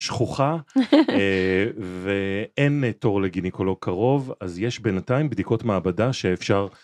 שכוחה ואין תור לגינקולוג קרוב אז יש בינתיים בדיקות מעבדה שאפשר.